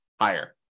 higher